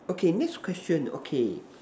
okay next question okay